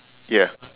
ya